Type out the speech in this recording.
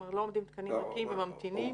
אבל לא עומדים תקנים ריקים וממתינים.